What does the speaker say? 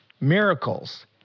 miracles